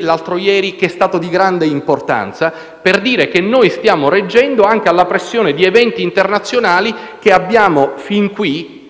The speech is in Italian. l'altro ieri di grande importanza. Stiamo reggendo, quindi, anche alla pressione di eventi internazionali che abbiamo fin qui